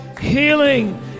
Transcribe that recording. healing